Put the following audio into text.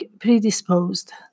predisposed